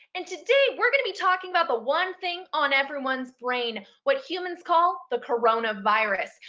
and today we're going to be talking about the one thing on everyone's brain, what humans call, the coronavirus.